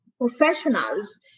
professionals